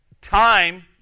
Time